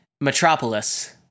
Metropolis